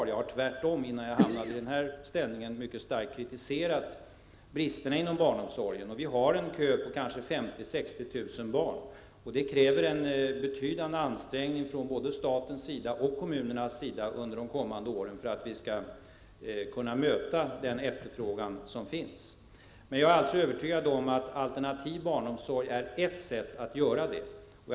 Jag har tvärtom, innan jag hamnade i den här positionen, mycket starkt kritiserat bristerna inom barnomsorgen. Vi har en kö på 50 000--60 000 barn, och det krävs en betydande ansträngning från både staten och kommunerna under de kommande åren för att vi skall kunna möta den efterfrågan som finns. Jag är alltså övertygad om att alternativ barnomsorg är ett sätt att göra detta.